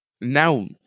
now